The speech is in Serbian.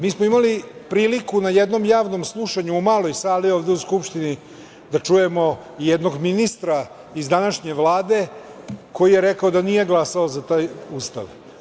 Mi smo imali priliku na jednom javnom slušanju u maloj sali ovde u Skupštini da čujemo i jednog ministra iz današnje Vlade koji je rekao da nije glasao za taj Ustav.